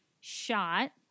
shot